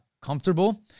comfortable